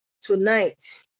tonight